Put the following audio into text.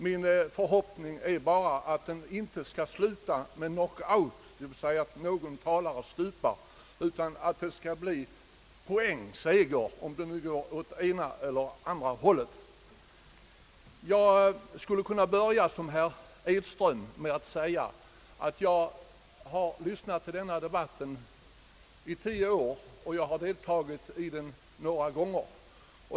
Min förhoppning är bara att den inte skall sluta med knockout, d. v. s. att någon talare stupar, utan att det skall bli poängseger för den ena eller andra sidan. Jag skulle kunna börja som herr Edström med att säga att jag har lyssnat till denna debatt i tio år och deltagit i den några gånger.